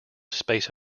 space